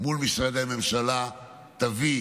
מול משרדי הממשלה תביא